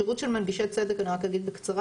שירות של מנגישי צדק, אני רק אגיד בקצרה.